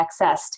accessed